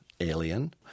alien